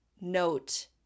note